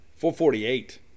448